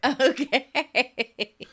Okay